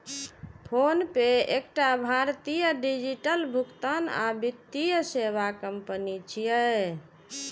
PhonePe एकटा भारतीय digital भुगतान आ वित्तीय सेवा कंपनी छियै